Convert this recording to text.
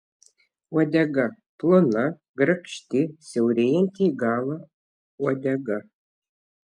uodega plona grakšti siaurėjanti į galą uodega